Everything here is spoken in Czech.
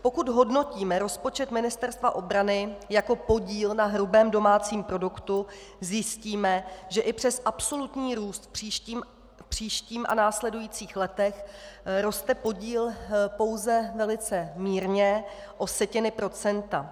Pokud hodnotíme rozpočet Ministerstva obrany jako podíl na hrubém domácím produktu, zjistíme, že i přes absolutní růst v příštím a následujících letech roste podíl pouze velice mírně o setiny procenta.